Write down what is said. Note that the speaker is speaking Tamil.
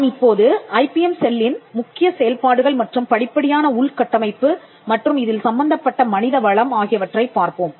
நாம் இப்போது ஐபிஎம் செல்லின் முக்கிய செயல்பாடுகள் மற்றும் படிப்படியான உள்கட்டமைப்பு மற்றும் இதில் சம்பந்தப்பட்ட மனித வளம் ஆகியவற்றைப் பார்ப்போம்